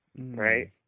Right